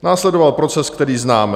Následoval proces, který známe.